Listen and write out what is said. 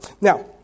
Now